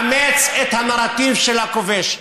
לאמץ את הנרטיב של הכובש.